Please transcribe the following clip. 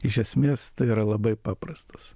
iš esmės tai yra labai paprastas